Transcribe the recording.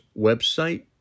website